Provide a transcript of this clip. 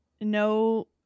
no